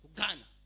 Ghana